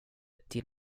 till